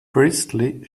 priestley